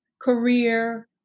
career